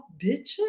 bitches